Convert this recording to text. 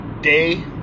day